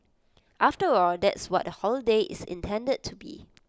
after all that's what A holiday is intended to be